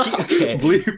Okay